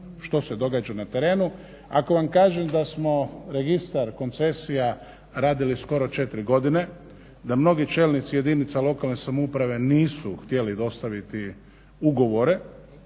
što se događa na terenu. Ako vam kažem da smo registar koncesija radili skoro 4 godina, da mnogi čelnici jedinica lokalne samouprave nisu htjeli dostaviti ugovore